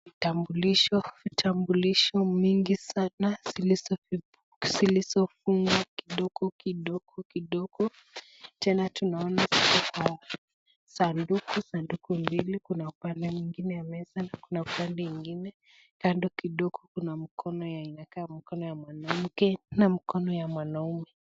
Vitambulisho mingi sana zilizofungwa kidogo kidogo tena tunaona ziko kwa sanduku, sanduku mbili kuna upande mwingine ya meza na kuna upande ingine. Kando kidogo kuna mkono ya inakaa mkono ya mwanamke na mkono ya mwanaume.